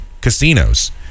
casinos